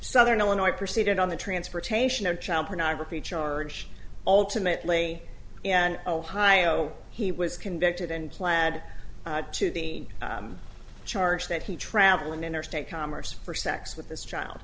southern illinois proceeded on the transportation of child pornography charge ultimately and ohio he was convicted in plaid to the charge that he traveled in interstate commerce for sex with this child